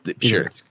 sure